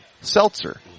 seltzer